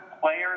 players